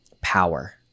power